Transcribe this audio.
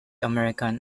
american